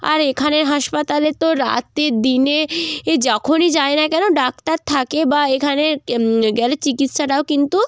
আর এখানের হাসপাতালে তো রাতে দিনে এ যখনই যাই না কেন ডাক্তার থাকে বা এখানে ক্ গেলে চিকিৎসাটাও কিন্তু